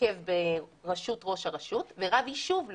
הרכב בראשות ראש הרשות ורב יישוב לא?